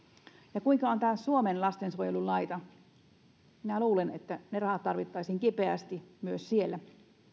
ja kuinka on tämän suomen lastensuojelun laita minä luulen että ne rahat tarvittaisiin kipeästi myös siellä